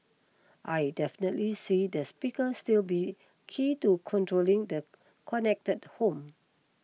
I definitely see the speaker still be key to controlling the connected home